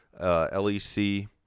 LEC